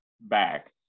back